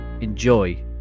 Enjoy